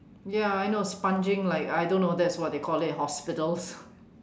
ya I know sponging like I don't know that's what they call it hospitals